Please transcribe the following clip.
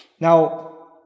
Now